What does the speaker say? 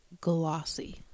Glossy